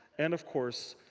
and of course,